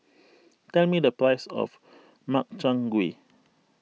tell me the price of Makchang Gui